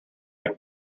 can